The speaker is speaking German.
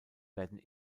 werden